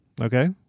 Okay